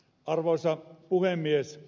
arvoisa puhemies